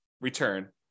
return